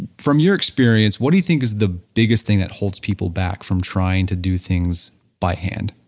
from your experience, what do you think is the biggest thing that holds people back from trying to do things by hand?